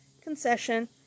concession